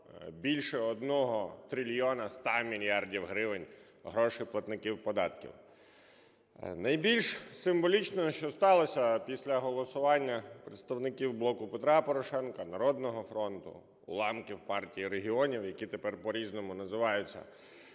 більше 1 мільйона 100 мільярдів гривень гроші платників податків. Найбільш символічно, що сталося після голосування представників блоку Петра Порошенка, "Народного фронту", уламків Партії регіонів, які тепер по?різному називаються,